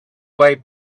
way